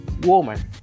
woman